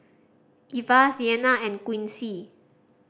Ivah Sienna and Quincy